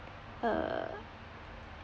uh